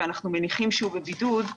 ואנחנו מניחים שהוא בבידוד,